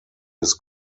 his